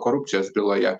korupcijos byloje